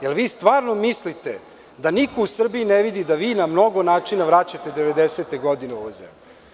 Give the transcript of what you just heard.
Da li vi stvarno mislite da niko u Srbiji ne vidi da vi na mnogo načina vraćate devedesete godine u ovoj zemlji?